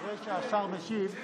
אחרי שהשר ישיב,